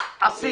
עשיתי.